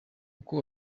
uko